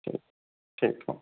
ठीक है